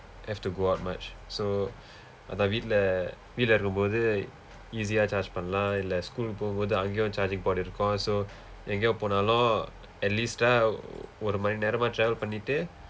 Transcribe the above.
have to go out much so அதான் வீட்டுல வீட்டுல இருக்கும்போது:athaan vitdula vitdula irukkumpoothu easy-aa charge பண்ணலாம் இல்ல:pannalaam illa school போகும்போது அங்கையும்:pookumpoothu ankaiyum charging port இருக்கும்:irukkum so எங்க போனாலும்:engka poonaalum at least ah ஒரு மணி நேரம்:oru mani neeram travel பண்ணிட்டு:pannitdu